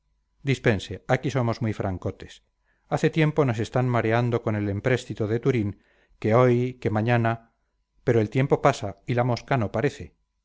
dispense aquí somos muy francotes hace tiempo nos están mareando con el emprestito de turín que hoy que mañana pero el tiempo pasa y la mosca no parece